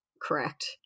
correct